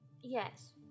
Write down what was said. yes